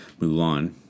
Mulan